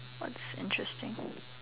what's interesting